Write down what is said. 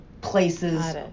places